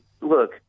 look